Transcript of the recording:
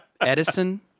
Edison